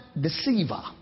deceiver